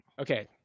Okay